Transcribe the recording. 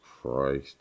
Christ